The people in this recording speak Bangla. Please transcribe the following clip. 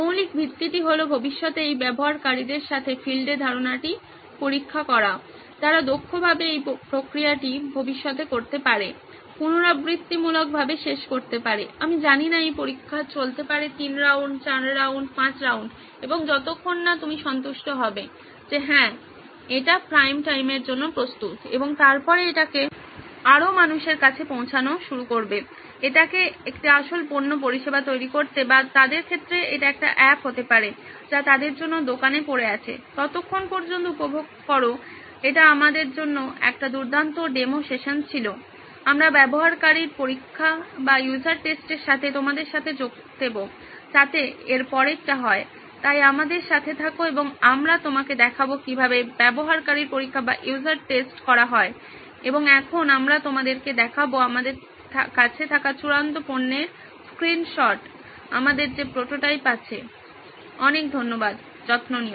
মৌলিক ভিত্তিটি হল ভবিষ্যতে এই ব্যবহারকারীদের সাথে ফিল্ডে ধারণাটি পরীক্ষা করা যারা দক্ষভাবে এই প্রক্রিয়াটি ভবিষ্যতে করতে পারে পুনরাবৃত্তিমূলকভাবে শেষ করতে পারে আমি জানিনা এই পরীক্ষা চলতে পারে তিন রাউন্ড চার রাউন্ড পাঁচ রাউন্ড এবং যতক্ষণ না তুমি সন্তুষ্ট হবে যে হ্যাঁ এটি প্রাইম টাইমের জন্য প্রস্তুত এবং তারপরে এটিকে আরও মানুষের কাছে পৌঁছানো শুরু করবে এটিকে একটি আসল পণ্য পরিষেবা তৈরি করতে বা তাদের ক্ষেত্রে এটি একটি অ্যাপ হতে পারে যা তাদের জন্য দোকানে পড়ে আছে ততক্ষণ পর্যন্ত উপভোগ করুন এটি আমাদের জন্য একটি দুর্দান্ত ডেমো সেশন ছিল আমরা ব্যবহারকারীর পরীক্ষা সাথে তোমাদের সাথে যোগ দেবো যাতে এর পরেরটি হয় তাই আমাদের সাথে থাকো এবং আমরা তোমাকে দেখাবো কিভাবে ব্যবহারকারীর পরীক্ষা করা হয় এবং এখন আমরা তোমাদের দেখাবো আমাদের কাছে থাকা চূড়ান্ত পণ্যের স্ক্রিনশট আমাদের যে প্রোটোটাইপ আছে অনেক ধন্যবাদ যত্ন নিন